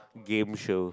game shows